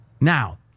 Now